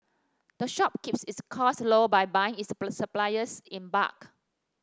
the shop keeps its costs low by buying its supplies in bulk